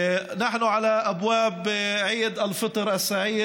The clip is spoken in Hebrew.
אנחנו בפתחו של עיד אל-פיטר השמח,